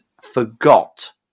forgot